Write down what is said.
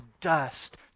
dust